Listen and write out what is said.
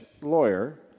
lawyer